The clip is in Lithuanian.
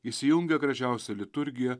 įsijungia gražiausia liturgija